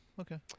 Okay